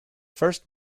first